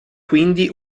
quindi